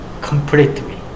completely